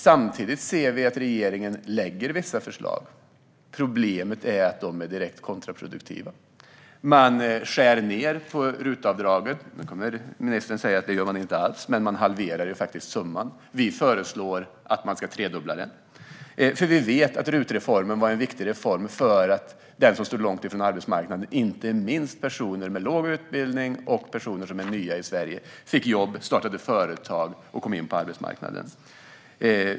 Samtidigt ser vi att regeringen lägger fram vissa förslag. Problemet är att de är direkt kontraproduktiva. Man skär ned på RUT-avdraget. Nu kommer ministern att säga att det gör man inte alls, men man halverar faktiskt summan. Vi föreslår att den ska tredubblas. Vi vet att RUT-reformen var en viktig reform som ledde till att de som stod långt från arbetsmarknaden, inte minst personer med låg utbildning och personer som är nya i Sverige, fick jobb, startade företag och kom in på arbetsmarknaden.